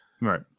Right